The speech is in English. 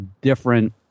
different